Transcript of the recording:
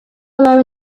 below